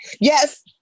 Yes